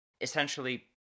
Essentially